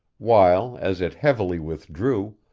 while, as it heavily withdrew,